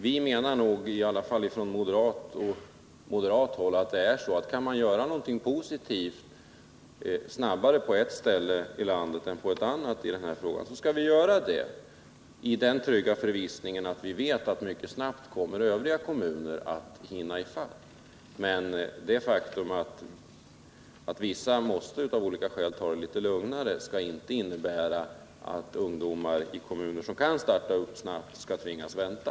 Vi menar på moderat håll att om man snabbare kan göra någonting positivt på ett ställe i landet än på ett annat i den här frågan, så skall vi göra det, i den trygga förvissningen att övriga kommuner mycket snabbt kommer att hinna ifatt oss. Men det faktum att vissa kommuner av olika skäl måste ta det litet lugnare skall inte innebära att ungdomar i kommuner som kan starta snabbt skall tvingas att vänta.